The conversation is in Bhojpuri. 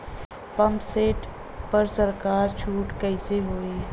पंप सेट पर सरकार छूट कईसे होई?